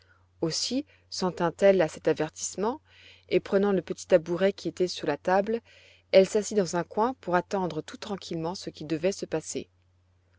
aussi s'en tint elle à cet avertissement et prenant le petit tabouret qui était sous la table elle s'assit dans un coin pour attendre tout tranquillement ce qui devait se passer